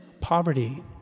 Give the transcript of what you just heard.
poverty